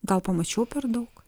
gal pamačiau per daug